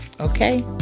Okay